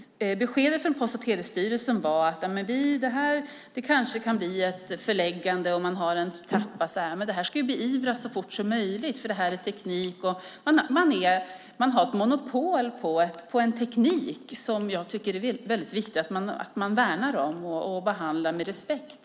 Beskedet från Post och telestyrelsen var att det här kanske kunde bli ett förläggande. Men det här ska ju beivras så fort som möjligt, för det här är en teknik som man har monopol på och som jag tycker är väldigt viktig att man värnar om och behandlar med respekt.